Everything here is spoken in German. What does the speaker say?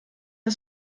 der